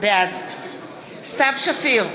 בעד סתיו שפיר,